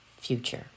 future